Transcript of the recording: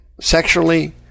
sexually